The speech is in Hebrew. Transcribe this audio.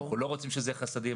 אנחנו לא רוצים שזה יהיה חסדים.